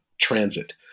transit